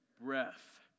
breath